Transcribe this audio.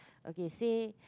okay say